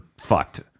fucked